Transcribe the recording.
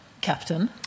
captain